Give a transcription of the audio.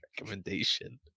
recommendation